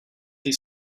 they